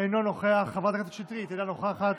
אינו נוכח, חברת הכנסת שטרית, אינה נוכחת,